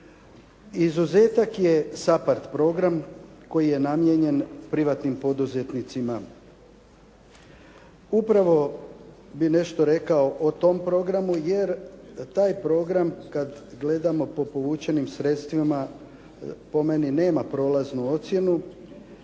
Izuzetak je SAPARD program koji je namijenjen privatnim poduzetnicima. Upravo bih nešto rekao o tom programu, jer taj program kad gledamo po povučenim sredstvima, po meni nema prolaznu ocjenu,